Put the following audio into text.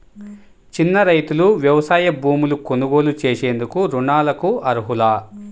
చిన్న రైతులు వ్యవసాయ భూములు కొనుగోలు చేసేందుకు రుణాలకు అర్హులా?